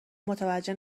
متوجه